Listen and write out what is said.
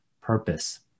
purpose